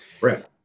Right